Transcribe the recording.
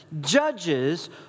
judges